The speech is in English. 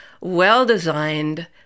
well-designed